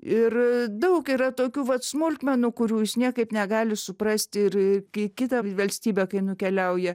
ir daug yra tokių vat smulkmenų kurių jis niekaip negali suprasti ir kai į kitą valstybę kai nukeliauja